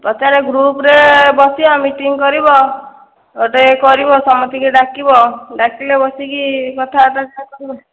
ପଚାର ଗ୍ରୁପରେ ବସିବ ମିଟିଂ କରିବ ଗୋଟିଏ କରିବ ସମସ୍ତଙ୍କୁ ଡାକିବ ଡାକିଲେ ବସିକି କଥାବାର୍ତ୍ତା ସବୁ